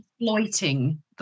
exploiting